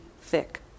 thick